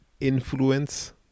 influence